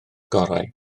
gorau